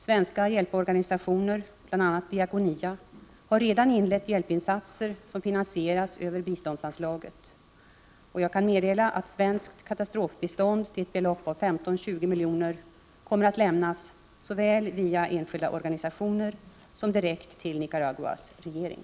Svenska hjälporganisationer, bl.a. DIAKONIA, har redan inlett hjälpinsatser som finansieras över biståndsanslaget, och jag kan meddela att svenskt katastrofbistånd till ett belopp av 15-20 milj.kr. kommer att lämnas såväl via enskilda organisationer som direkt till Nicaraguas regering.